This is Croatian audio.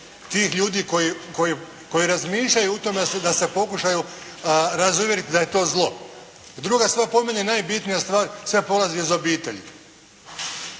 tih ljudi koji razmišljaju o tome da se pokušaju razuvjeriti da je to zlo. Druga stvar, po meni najbitnija stvar, sve polazi iz obitelji.